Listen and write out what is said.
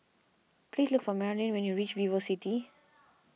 please look for Maralyn when you reach VivoCity